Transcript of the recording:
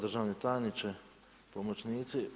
Državni tajniče, pomoćnici.